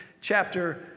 chapter